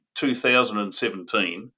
2017